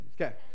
Okay